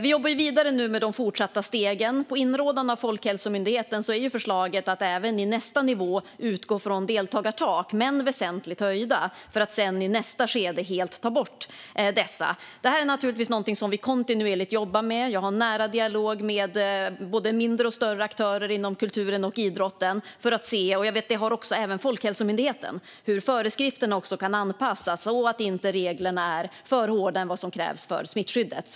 Vi jobbar vidare med de fortsatta stegen. På inrådan av Folkhälsomyndigheten är förslaget att även i nästa nivå utgå från deltagartak, om än väsentligt höjda, för att sedan i nästa skede helt ta bort dessa. Det är naturligtvis någonting som vi kontinuerligt jobbar med, och jag har en nära dialog med både mindre och större aktörer inom kulturen och idrotten - det har även Folkhälsomyndigheten - för att se hur föreskrifterna kan anpassas så att reglerna inte är hårdare än vad som krävs för smittskyddet.